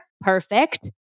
Perfect